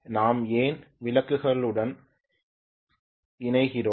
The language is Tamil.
நாம் ஏன் விளக்குகளுடன் இணைக்கிறோம்